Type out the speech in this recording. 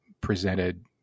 presented